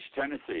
Tennessee